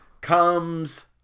comes